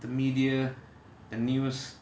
the media and news